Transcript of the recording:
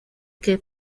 que